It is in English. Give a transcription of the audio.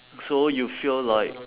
so you feel like